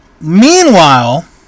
meanwhile